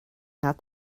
not